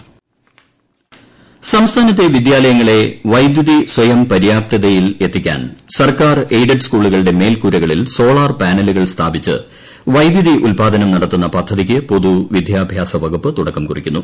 Ravindranath intro സംസ്ഥാനത്തെ വിദ്യാലയങ്ങളെ വൈദ്യുതി സ്വയം പര്യാപ്തയിലെത്തി ക്കാൻ സർക്കാർ എയ്ഡഡ് സ്കൂളുകളുടെ മേൽക്കൂരകളിൽ സോളാർ പാനലുകൾ സ്ഥാപിച്ച് വൈദ്യുതി ഉത്പാദനം നടത്തുന്ന പദ്ധതികൾക്ക് പൊതു വിദ്യാഭ്യാസ വകുപ്പ് തുടക്കം കുറിക്കുന്നു